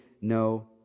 no